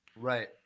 right